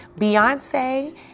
Beyonce